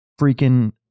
freaking